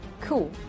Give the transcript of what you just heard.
Cool